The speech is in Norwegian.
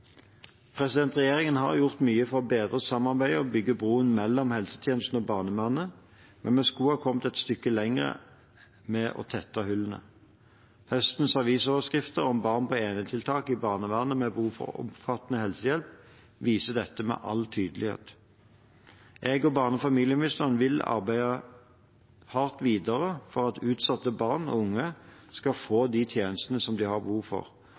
Regjeringen har gjort mye for å bedre samarbeidet og bygge broer mellom helsetjenesten og barnevernet, men vi skulle ha kommet et stykke lenger med å tette hullene. Høstens avisoverskrifter om barn med behov for oppfattende helsehjelp på enetiltak i barnevernet viser dette med all tydelighet. Jeg og barne- og familieministeren vil arbeide hardt videre for at utsatte barn og unge skal få de tjenestene som de har behov for.